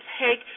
take